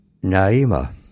Naima